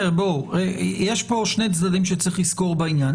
יש פה שני צדדים שצריך לזכור בעניין,